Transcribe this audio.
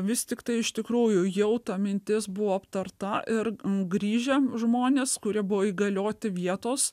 vis tiktai iš tikrųjų jau ta mintis buvo aptarta ir n grįžę žmonės kurie buvo įgalioti vietos